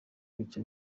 bica